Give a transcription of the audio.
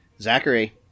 Zachary